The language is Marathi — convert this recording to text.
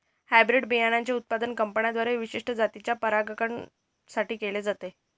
हायब्रीड बियाणांचे उत्पादन कंपन्यांद्वारे विशिष्ट जातीच्या परागकणां साठी केले जाते